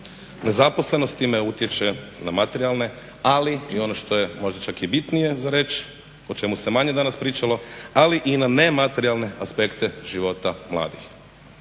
Nezaposlenost time utječe na materijalne, ali i ono što je možda čak i bitnije za reći o čemu se manje danas pričalo ali i na ne materijalne aspekte života mladih.